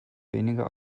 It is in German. weniger